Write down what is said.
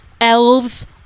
Elves